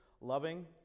loving